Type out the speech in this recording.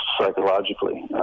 psychologically